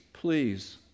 Please